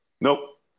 Nope